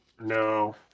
No